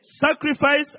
Sacrifice